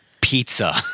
pizza